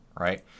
right